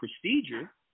procedure